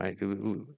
right